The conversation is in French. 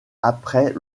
après